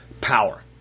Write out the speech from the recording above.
Power